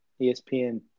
ESPN